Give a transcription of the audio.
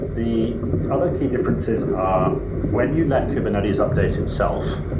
the other key differences are when you let kubernetes update itself,